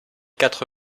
quatre